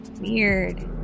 Weird